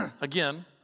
Again